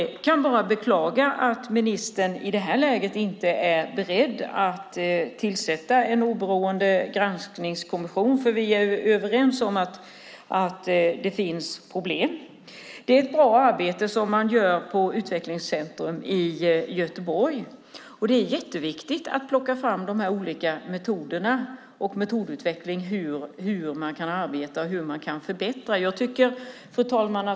Jag kan bara beklaga att ministern i det här läget inte är beredd att tillsätta en oberoende granskningskommission, för vi är ju överens om att det finns problem. Det är ett bra arbete som Utvecklingscentrum i Göteborg gör. Och det är jätteviktigt att plocka fram alla olika metoder och en metodutveckling för hur man kan förbättra arbetet. Fru talman!